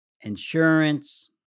insurance